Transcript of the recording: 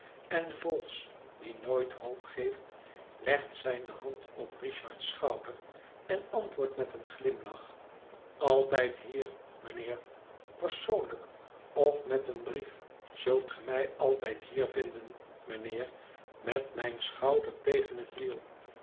en vholes die nooit hoop geeft legt zijne hand op richard's schouder en antwoordt met een glimlach altijd hier mijnheer persoonlijk of met een brief zult ge mij altijd hier vinden mijnheer met mijn schouder tegen het wiel